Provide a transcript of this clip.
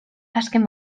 azken